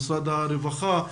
במשרד הרווחה,